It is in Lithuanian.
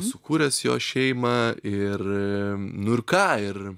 sukūręs jo šeimą ir nu ir ką ir